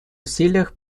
усилиях